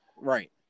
Right